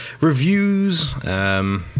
reviews